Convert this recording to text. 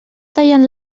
tallen